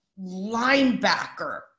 linebacker